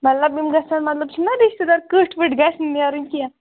مطلب یِم گژھن مطلب چھِنا رِشتہٕ دار کٔٹھۍ ؤٹھۍ گژھِ نہٕ نیرُن کینٛہہ